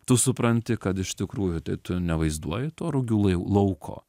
tu supranti kad iš tikrųjų tai tu nevaizduoji to rugių lai lauko